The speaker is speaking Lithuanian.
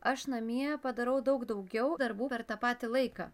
aš namie padarau daug daugiau darbų per tą patį laiką